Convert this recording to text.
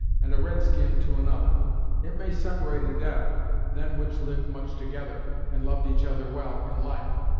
and a red-skin to another it may separate in death them which lived much together, and loved each other well, in life!